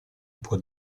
può